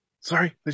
Sorry